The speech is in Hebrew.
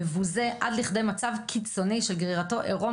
מבוזה עד לכדי מצב קיצוני של גרירתו עירום